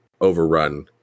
overrun